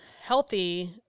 healthy